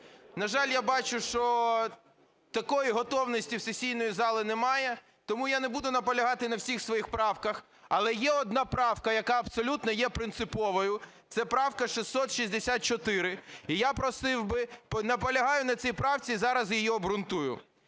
На жаль, я бачу, що такої готовності в сесійної зали немає. Тому я не буду наполягати на всіх своїх правках, але є одна правка, яка абсолютно є принциповою – це правка 664, і я просив би, наполягаю на цій правці, зараз її обґрунтую.